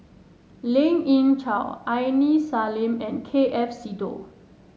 Lien Ying Chow Aini Salim and K F Seetoh